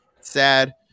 sad